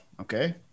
Okay